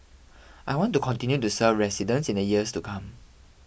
I want to continue to serve residents in the years to come